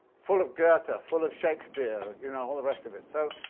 full of goethe, but full of shakespeare, you know, all the rest of it. so,